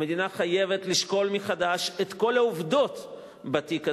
המדינה חייבת לשקול מחדש את כל העובדות בתיק הזה,